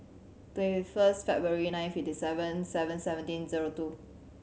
twenty first February nineteen fifty seven seven seventeen zero two